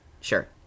Sure